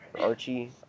Archie